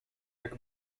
jak